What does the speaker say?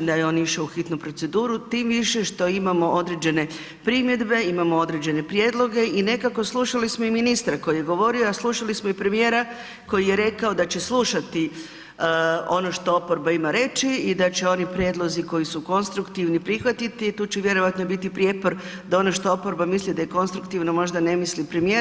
da je on išao u hitnu proceduru, tim više što imamo određene primjedbe, imamo određene prijedloge i nekako slušali smo i ministra koji je govorio, a slušali smo i premijera koji je rekao da će slušati ono što oporba ima reći i da će oni prijedlozi koji su konstruktivni prihvatiti i tu će vjerojatno biti prijepor da ono što oporba misli da je konstruktivno možda ne misli premijer.